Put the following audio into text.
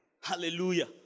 Hallelujah